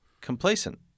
complacent